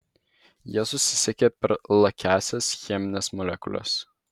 jie susisiekia per lakiąsias chemines molekules